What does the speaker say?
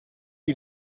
you